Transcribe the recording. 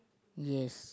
yes